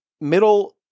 middle